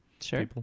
Sure